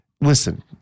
Listen